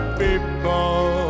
people